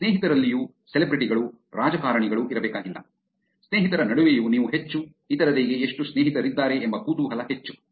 ಸ್ನೇಹಿತರಲ್ಲಿಯೂ celebrity ಗಳು ರಾಜಕಾರಣಿಗಳು ಇರಬೇಕಾಗಿಲ್ಲ ಸ್ನೇಹಿತರ ನಡುವೆಯೂ ನೀವು ಹೆಚ್ಚು ಇತರರಿಗೆ ಎಷ್ಟು ಸ್ನೇಹಿತರಿದ್ದಾರೆ ಎಂಬ ಕುತೂಹಲ ಹೆಚ್ಚು